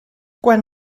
quan